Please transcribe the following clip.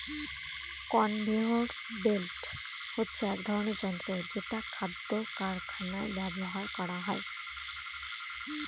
conveyor belt হচ্ছে এক ধরনের যন্ত্র যেটা খাদ্য কারখানায় ব্যবহার করা হয়